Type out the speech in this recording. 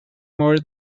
more